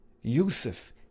Yusuf